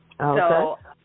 Okay